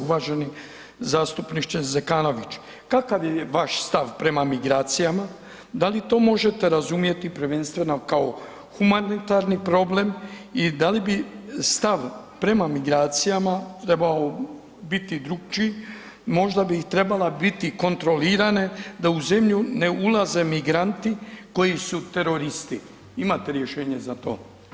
Uvaženi zastupniče Zekanović, kakav je vaš stav prema migracijama, da li to možete razumjeti kao humanitarni problem i da li bi stav prema migracijama trebao biti drukčiji, možda bi trebala biti kontrolirane da u zemlju ne ulaze migranti koji su teroristi, imate rješenje za to.